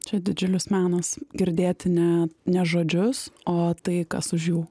čia didžiulis menas girdėti ne ne žodžius o tai kas už jų